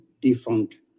defunct